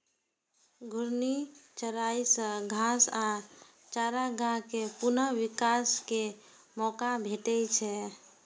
घूर्णी चराइ सं घास आ चारागाह कें पुनः विकास के मौका भेटै छै